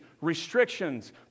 restrictions